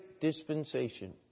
dispensation